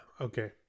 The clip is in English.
okay